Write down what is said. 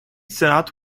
senate